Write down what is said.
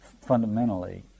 fundamentally